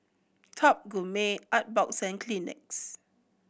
Top Gourmet Artbox and Kleenex